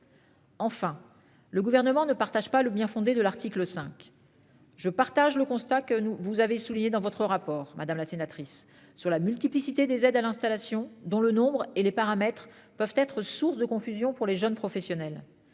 Enfin, le gouvernement ne partage pas le bien-fondé de l'article 5. C'est bien. Je partage le constat que nous vous avez souligné dans votre rapport, madame la sénatrice sur la multiplicité des aides à l'installation, dont le nombre et les paramètres peuvent être source de confusion pour les jeunes professionnels,